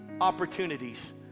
opportunities